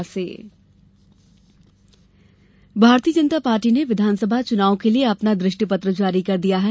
भाजपा दृष्टिपत्र भारतीय जनता पार्टी ने विधानसभा चुनाव के लिए अपना दृष्टिपत्र जारी कर दिया है